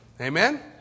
Amen